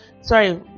Sorry